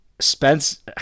Spence